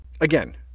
Again